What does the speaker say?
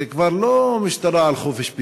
זה כבר לא משטרה על חופש הביטוי,